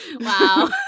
Wow